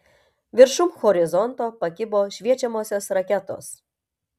viršum horizonto pakibo šviečiamosios raketos